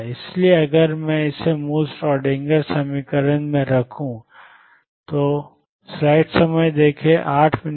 इसलिए अगर मैं इसे मूल श्रोडिंगर समीकरण में रखूं